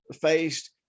faced